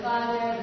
Father